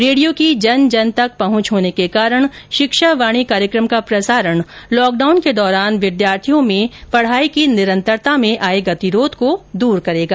रेडियों की जनजन तक पहुंच होने के कारण शिक्षावाणी कार्यकम का प्रसारण लॉकडाउन के दौरान विद्यार्थियों में पढाई की निरंतरता में आये गतिरोध को दूर करेगा